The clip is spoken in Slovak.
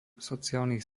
sociálnych